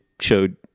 showed